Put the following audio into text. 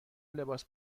لباس